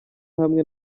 hamwe